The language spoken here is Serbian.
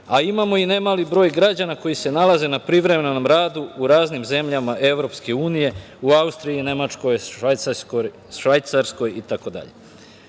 a imamo i ne mali broj građana koji se nalaze na privremenom radu u raznim zemljama EU, Austriji, Nemačkoj, Švajcarskoj